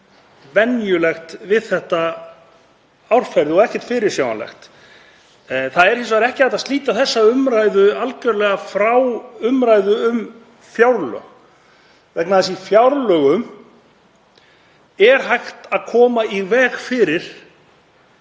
venjulegt við þetta árferði og ekkert fyrirsjáanlegt. Ekki er hins vegar hægt að slíta þessa umræðu algerlega frá umræðu um fjárlög vegna þess að í fjárlögum er hægt að koma í veg fyrir,